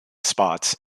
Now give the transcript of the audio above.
spots